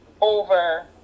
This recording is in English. over